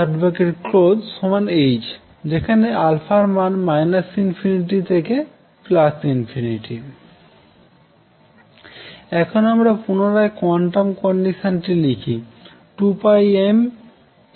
2hযেখানে এর মান ∞ থেকে এখন আমরা পুনরায় কোয়ান্টাম কন্ডিশনটি লিখি 2πmα ∞nαn